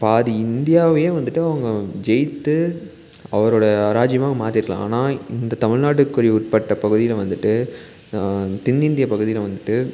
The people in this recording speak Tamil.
பாதி இந்தியாவையே வந்துட்டு அவுங்க ஜெயித்து அவரோட ராஜ்ஜியமாக மாத்திருக்கலாம் ஆனால் இந்த தமிழ்நாட்டுக்குரிய உட்பட்ட பகுதியில் வந்துட்டு தென்னிந்திய பகுதியில் வந்துட்டு